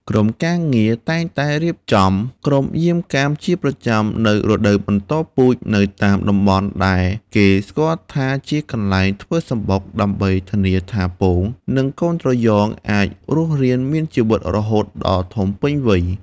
ក្រុមការងារតែងតែរៀបចំក្រុមយាមកាមជាប្រចាំនៅរដូវបន្តពូជនៅតាមតំបន់ដែលគេស្គាល់ថាជាកន្លែងធ្វើសម្បុក ដើម្បីធានាថាពង និងកូនត្រយងអាចរស់រានមានជីវិតរហូតដល់ធំពេញវ័យ។